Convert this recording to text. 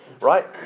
right